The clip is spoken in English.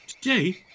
today